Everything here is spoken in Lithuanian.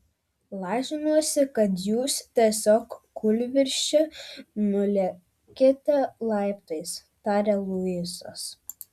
lažinuosi kad jūs tiesiog kūlvirsčia nulėkėte laiptais tarė luisas